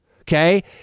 Okay